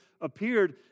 appeared